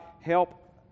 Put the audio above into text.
help